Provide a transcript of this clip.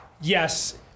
Yes